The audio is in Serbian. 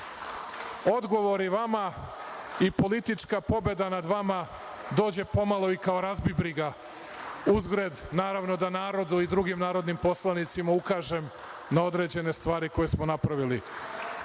odgovori vama i politička pobeda nad vama dođu pomalo i kao razbibriga. Uzgred, naravno i da narodu i drugim narodnim poslanicima ukažem na određene stvari koje smo napravili.